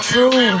True